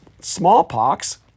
smallpox